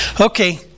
Okay